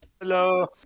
hello